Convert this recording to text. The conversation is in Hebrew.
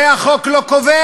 את זה החוק לא קובע.